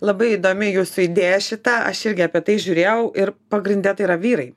labai įdomi jūsų idėja šita aš irgi apie tai žiūrėjau ir pagrinde tai yra vyrai